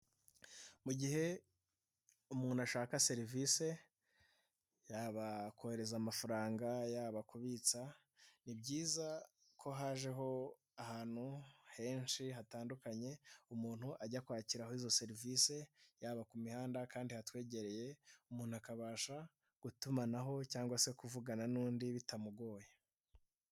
Mu gihe umuntu ashaka serivisi yaba kohereza amafaranga, yaba kubitsa. Ni byiza ko hajeho ahantu henshi hatandukanye umuntu ajya kwakiraho izo serivisi. Yaba ku mihanda kandi yatwegereye. umuntu akabasha gutumanaho cyangwa se kuvugana n'undi bitamugoye.